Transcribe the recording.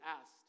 asked